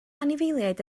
anifeiliaid